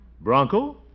Bronco